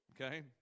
Okay